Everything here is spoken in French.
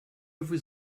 vous